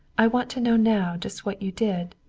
i want to know now just what you did.